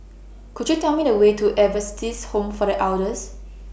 Could YOU Tell Me The Way to Adventist Home For The Elders